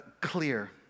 clear